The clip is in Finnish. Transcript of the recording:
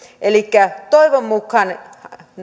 elikkä toivon mukaan